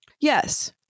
Yes